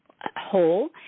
whole